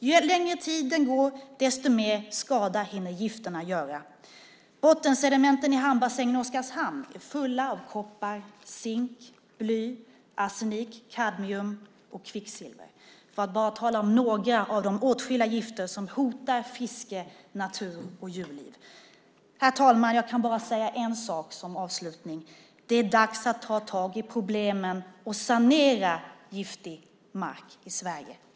Ju längre tiden går desto mer skada hinner gifterna göra. Bottensedimenten i hamnbassängen i Oskarshamn är fulla av koppar, zink, bly, arsenik, kadmium och kvicksilver, för att bara tala om några av åtskilliga gifter som hotar fiske, natur och djurliv. Herr talman! Jag kan bara säga en sak som avslutning: Det är dags att ta tag i problemen och sanera giftig mark i Sverige.